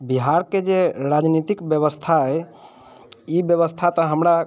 बिहारके जे राजनीतिक व्यवस्था अइ ई व्यवस्था तऽ हमरा